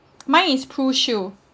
mine is PRUShield